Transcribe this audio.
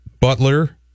Butler